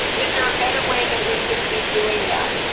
is there a better way that we could be doing that?